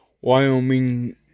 Wyoming